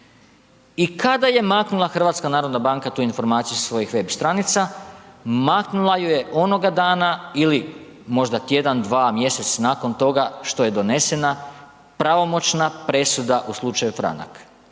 I kada je maknula HNB tu informaciju sa svojih web stranica? Maknula ju je onoga dana ili možda tjedan, dva mjesec nakon toga što je donesena pravomoćna presuda u slučaju franak.